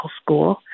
school